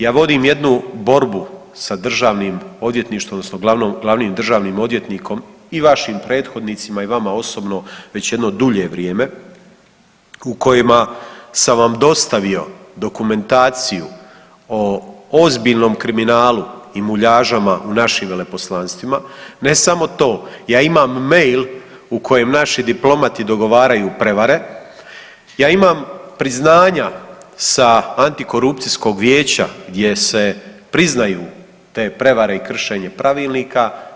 Ja vodim jednu borbu sa državnim odvjetništvom odnosno glavnim državnim odvjetnikom i vašim prethodnicima i vama osobno već jedno dulje vrijeme u kojima sam vam dostavio dokumentaciju o ozbiljnom kriminalu i muljažama u našim veleposlanstvima, ne samo to, ja imam mail u kojem naši diplomati dogovaraju prevare, ja imam priznanja sa Antikorupcijskog vijeća gdje se priznaju te prevare i kršenje pravilnika.